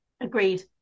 Agreed